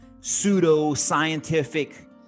pseudo-scientific